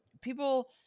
People